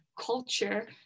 culture